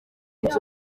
inzu